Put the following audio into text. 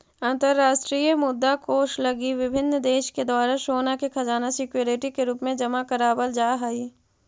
अंतरराष्ट्रीय मुद्रा कोष लगी विभिन्न देश के द्वारा सोना के खजाना सिक्योरिटी के रूप में जमा करावल जा हई